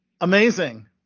Amazing